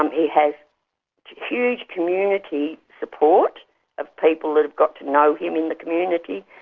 um he has huge community support of people who've got to know him in the community.